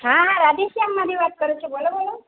હા હા રાધે શ્યામમાંથી વાત કરું છું બોલો બોલો